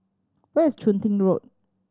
where is Chun Tin Road